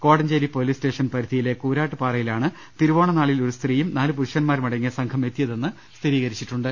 Kodanchery police station പരിധിയിലെ കൂരാട്ട്പാ റയിലാണ് തിരുവോണ നാളിൽ ഒരു സ്ത്രീയും നാല് പുരുഷന്മാരും അട ങ്ങിയ സംഘം എത്തിയതെന്ന് സ്ഥിരീകരിച്ചിട്ടുണ്ട്